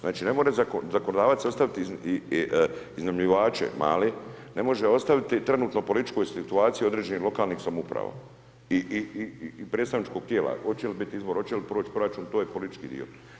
Znači ne može zakonodavac ostaviti iznajmljivače male, ne može ostaviti trenutno političkoj situaciji određenih lokalnih samouprava i predstavničkog tijela hoće li biti izbora, hoće li proći proračun, to je politički dio.